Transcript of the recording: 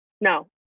no